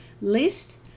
list